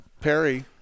Perry